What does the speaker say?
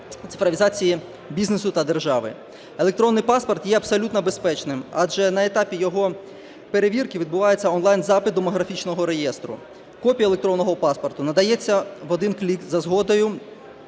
цифровізації бізнесу та держави. Електронний паспорт є абсолютно безпечним, адже на етапі його перевірки відбувається онлайн-запит до демографічного реєстру. Копія електронного паспорта надається в один клик за згодою